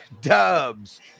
Dubs